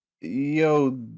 Yo